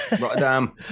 Rotterdam